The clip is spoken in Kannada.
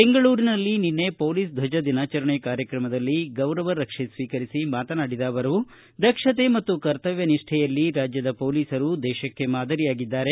ಬೆಂಗಳೂರಿನಲ್ಲಿ ನಿನ್ನೆ ಪೊಲೀಸ್ ಧ್ವಜ ದಿನಾಚರಣೆ ಕಾರ್ಯತ್ರಮದಲ್ಲಿ ಗೌರವ ರಕ್ಷೆ ಸ್ವೀಕರಿಸಿ ಮಾತನಾಡಿದ ಅವರು ದಕ್ಷತೆ ಮತ್ತು ಕರ್ತವ್ಯನಿಷ್ಠೆಯಲ್ಲಿ ರಾಜ್ಯದ ಪೊಲೀಸರು ದೇಶಕ್ಕೆ ಮಾದರಿಯಾಗಿದ್ದಾರೆ